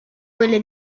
quelle